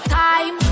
time